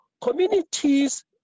communities